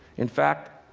in fact,